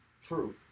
true